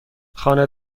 خانه